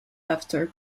after